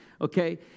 Okay